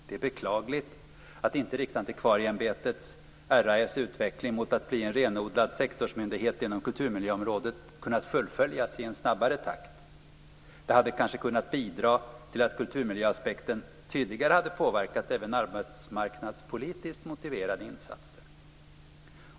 Det är beklagligt att inte Riksantikvarieämbetets, RAÄ:s, utveckling mot att bli en renodlad sektorsmyndighet inom kulturmiljöområdet kunnat fullföljas i en snabbare takt. Det hade kanske kunnat bidra till att kulturmiljöaspekten tydligare hade påverkat även arbetsmarknadspolitiskt motiverade insatser.